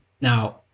Now